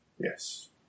Yes